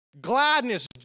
gladness